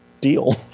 deal